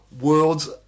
World's